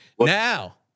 Now